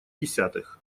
десятых